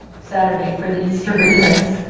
saturday for the easter relays.